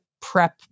prep